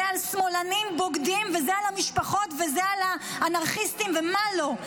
זה על שמאלנים בוגדים וזה על המשפחות וזה על האנרכיסטים ומה לא?